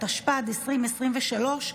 התשפ"ד 2023,